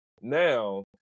now